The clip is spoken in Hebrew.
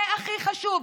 זה הכי חשוב.